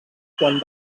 quan